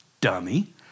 Dummy